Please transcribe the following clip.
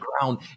ground